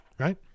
Right